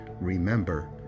remember